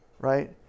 right